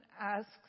asks